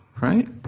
right